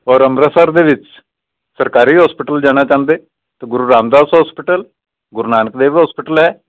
ਔਰ ਅੰਮ੍ਰਿਤਸਰ ਦੇ ਵਿੱਚ ਸਰਕਾਰੀ ਹੋਸਪਿਟਲ ਜਾਣਾ ਚਾਹੁੰਦੇ ਤਾਂ ਗੁਰੂ ਰਾਮਦਾਸ ਹੋਸਪਿਟਲ ਗੁਰੂ ਨਾਨਕ ਦੇਵ ਹੋਸਪਿਟਲ ਹੈ